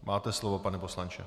Máte slovo, pane poslanče.